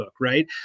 Right